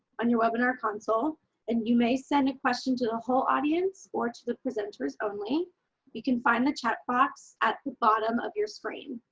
on your webinar consult and you may send a question to the whole audience or to the presenters. you can find the chat box at the bottom of your screen.